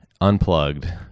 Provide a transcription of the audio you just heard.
unplugged